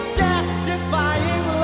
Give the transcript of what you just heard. death-defying